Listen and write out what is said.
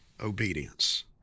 obedience